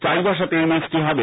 চাইবাসাতে এই ম্যাচটি হবে